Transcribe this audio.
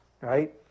right